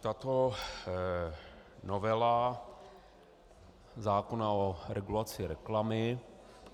Tato novela zákona o regulaci reklamy